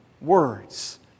words